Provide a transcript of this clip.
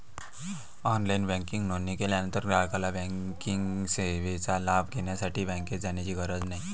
online banking नोंदणी केल्यानंतर ग्राहकाला बँकिंग सेवेचा लाभ घेण्यासाठी बँकेत जाण्याची गरज नाही